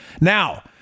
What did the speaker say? Now